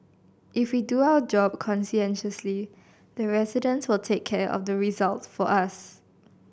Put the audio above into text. if we do our job conscientiously the residents will take care of the results for us